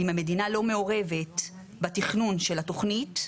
אם המדינה לא מעורבת בתכנון של התוכנית,